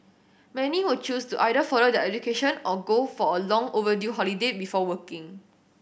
many will choose to either further their education or go for a long overdue holiday before working